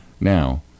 now